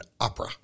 opera